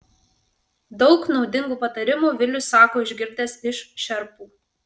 daug naudingų patarimų vilius sako išgirdęs iš šerpų